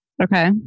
Okay